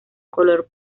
color